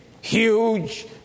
huge